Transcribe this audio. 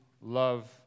love